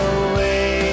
away